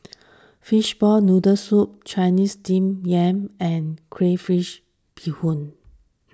Fishball Noodle Soup Chinese Steamed Yam and Crayfish BeeHoon